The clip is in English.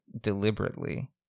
deliberately